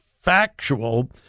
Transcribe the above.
factual